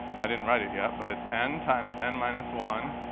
i didn't write it yet, but it's n times n minus one,